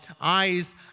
eyes